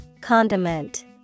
Condiment